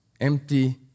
empty